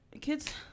kids